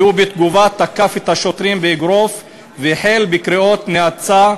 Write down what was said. והוא בתגובה תקף את השוטרים באגרוף והחל בקריאות נאצה גזעניות.